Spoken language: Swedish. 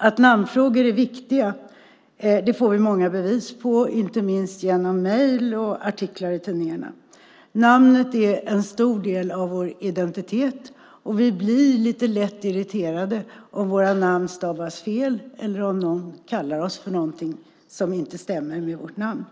Att namnfrågor är viktiga får vi många bevis på, inte minst genom mejl och artiklar i tidningarna. Namnet är en stor del av vår identitet. Vi blir lätt irriterade om våra namn stavas fel eller om någon kallar oss för något som inte stämmer med vårt namn.